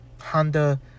Honda